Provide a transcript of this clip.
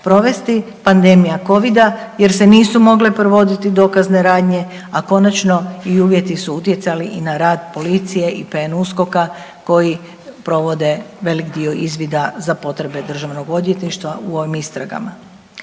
provesti pandemija Covida jer se nisu mogle provoditi dokazne radnje, a konačno i uvjeti su utjecali i na rad policije i PNUSKOK-a koji provode velik dio izvida za potrebe državnog odvjetništva u ovim istragama.